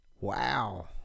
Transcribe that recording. Wow